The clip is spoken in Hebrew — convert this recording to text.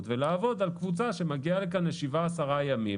ולעבוד עם קבוצה שמגיעה לכאן לשבעה עשרה ימים.